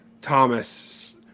Thomas